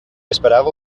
esperava